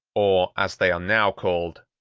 or, as they are now called,